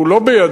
הוא לא בידי,